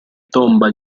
tomba